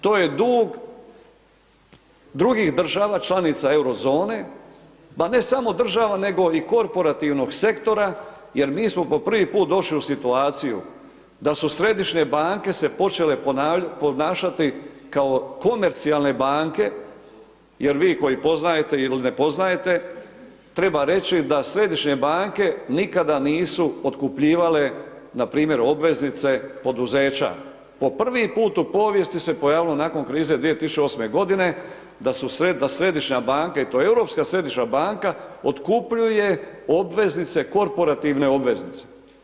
To je dug drugih država članica Euro zone, ma ne samo država nego i korporativnog sektora jer mi smo po prvi put došli u situaciju da su središnje banke se počele ponašati kao komercijalne banke, jer vi koji poznajete ili ne poznajete, treba reći da središnje banke nikada nisu otkupljivale na primjer obveznice poduzeća, po prvi put u povijesti se pojavilo nakon krize 2008. godine, da središnja banka i to Europska središnja banka, otkupljuje obveznice, korporativne obveznice.